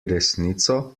resnico